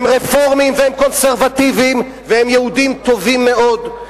הם רפורמים והם קונסרבטיבים והם יהודים טובים מאוד.